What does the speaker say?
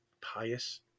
pious